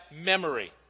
memory